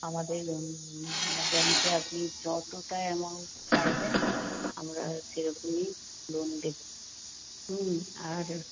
আমাদের ব্যাংকে আপনি যতটা অ্যামাউন্ট চাইবেন আমরা সেরকমই লোন দেবো আর